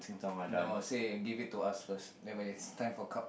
no say give it to us first then when it's time for cup